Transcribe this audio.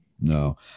No